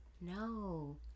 No